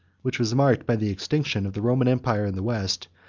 which was marked by the extinction of the roman empire in the west,